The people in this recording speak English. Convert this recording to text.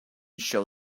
show